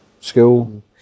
school